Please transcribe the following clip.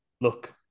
look